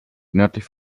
nördlich